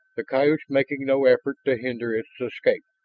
the coyotes making no effort to hinder its escape.